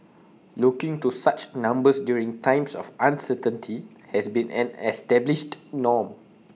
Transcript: looking to such numbers during times of uncertainty has been an established norm